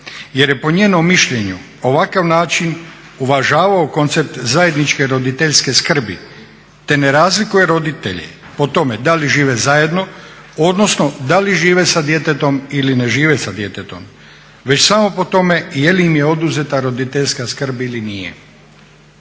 jer je po njenom mišljenju ovakav način uvažavao koncept zajedničke roditeljske skrbi te ne razlikuje roditelje po tome da li žive zajedno, odnosno da li žive sa djetetom ili ne žive sa djetetom već samo po tome je li im je oduzeta roditeljska skrb ili nije.